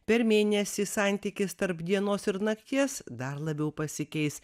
per mėnesį santykis tarp dienos ir nakties dar labiau pasikeis